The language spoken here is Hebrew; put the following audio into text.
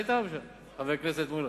חבר הכנסת מולה?